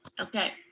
okay